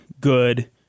good